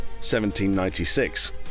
1796